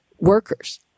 workers